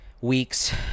weeks